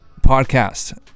Podcast